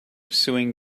suing